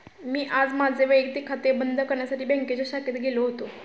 मी आज माझे वैयक्तिक खाते बंद करण्यासाठी बँकेच्या शाखेत गेलो होतो